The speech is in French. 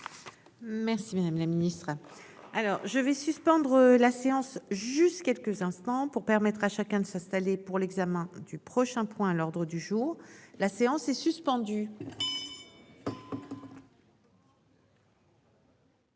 Merci, madame la Ministre. Alors je vais suspendre la séance. Juste quelques instants pour permettre à chacun de s'installer pour l'examen du prochain point à l'ordre du jour. La séance est suspendue.